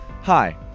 hi